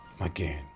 again